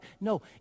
No